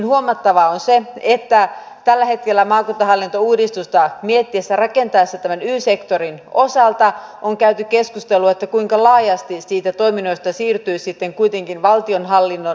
huomattavaa on se että tällä hetkellä maakuntahallintouudistusta mietittäessä ja rakennettaessa tämän y sektorin osalta on käyty keskustelua kuinka laajasti niistä toiminnoista siirtyy sitten kuitenkin valtionhallinnon hoidettavaksi